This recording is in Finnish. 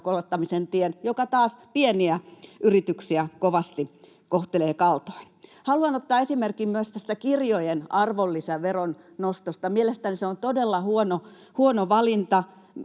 korottamisen tien, joka taas pieniä yrityksiä kovasti kohtelee kaltoin. Haluan ottaa esimerkin myös tästä kirjojen arvonlisäveron nostosta. Mielestäni se on todella huono valinta.